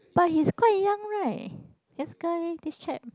but he's quite young right this guy this chap